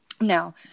No